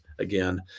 again